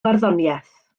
farddoniaeth